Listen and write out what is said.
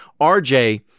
RJ